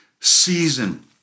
season